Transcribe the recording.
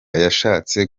yashatse